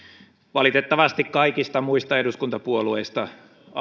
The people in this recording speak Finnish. valitettavasti kaikista muista eduskuntapuolueista